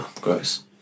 Gross